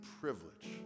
privilege